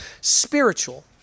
spiritual